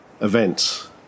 events